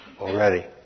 already